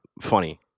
Funny